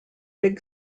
big